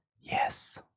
Yes